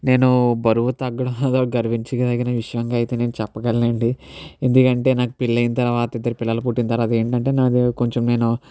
నేను బరువు తగ్గడానికి గర్వించదగిన విషయంగానైతే నేను చెప్పగలనండి ఎందుకంటే నాకు పెళైన తర్వాత ఇద్దరు పిల్లలు పుట్టిన తర్వాత ఏంటంటే నాకే కొంచెం నేను